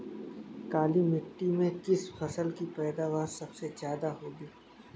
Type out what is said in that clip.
काली मिट्टी में किस फसल की पैदावार सबसे ज्यादा होगी?